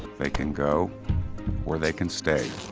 they can go or they can stay.